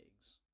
eggs